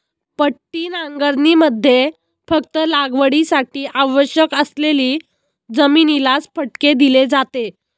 पट्टी नांगरणीमध्ये फक्त लागवडीसाठी आवश्यक असलेली जमिनीलाच फटके दिले जाते